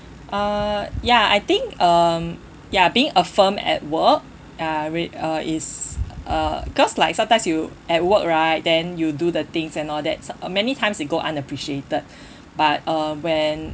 uh ya I think um ya being affirmed at work ya rea~ uh it's uh cause like sometimes you at work right then you do the things and all that so~ many times it go unappreciated but uh when